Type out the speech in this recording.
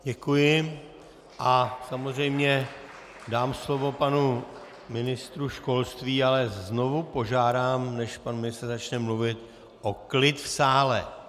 Děkuji a samozřejmě dám slovo panu ministru školství, ale znovu požádám, než pan ministr začne mluvit, o klid v sále!